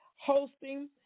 hosting